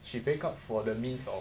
she make up for the means or